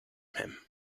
him